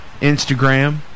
Instagram